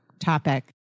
topic